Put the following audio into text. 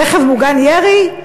רכב מוגן ירי?